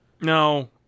No